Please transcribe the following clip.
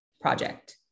project